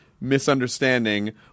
misunderstanding